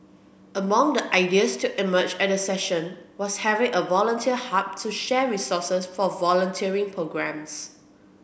among the ideas to emerge at the session was having a volunteer hub to share resources for volunteering programmes